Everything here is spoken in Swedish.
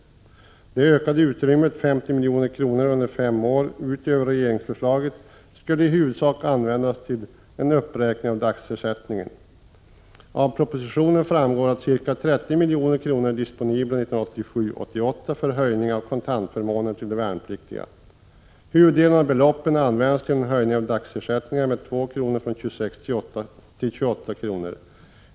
Det ökade utrymmet, 50 milj.kr. under fem år utöver regeringsförslaget, skulle i huvudsak användas till en uppräkning av dagersättningen. Av propositionen framgår att ca 30 milj.kr. är disponibla 1987/88 för höjning av kontantförmånerna till de värnpliktiga. Huvuddelen av beloppet används till en höjning av dagersättningen med 2 kr. från 26 till 28 kr.